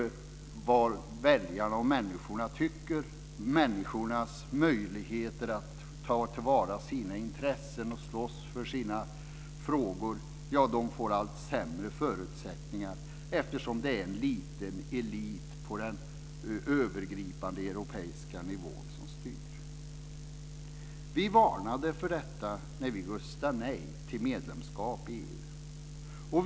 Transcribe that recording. Vad människorna tycker - det gäller människornas möjligheter att ta till vara sina intressen och slåss för sina frågor - får allt sämre förutsättningar att slå igenom eftersom det är en liten elit på den övergripande europeiska nivån som styr. Vi varnade för detta när vi röstade nej till medlemskap i EU.